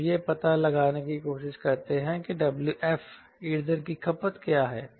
हम यह पता लगाने की कोशिश कर रहे हैं कि Wf ईंधन की खपत क्या है